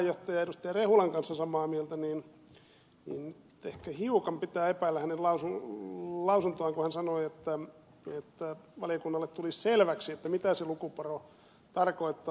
rehulan kanssa samaa mieltä niin nyt ehkä hiukan pitää epäillä hänen lausuntoaan kun hän sanoi että valiokunnalle tulisi selväksi mitä se lukuporo tarkoittaa